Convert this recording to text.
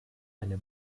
eine